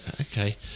Okay